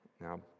Now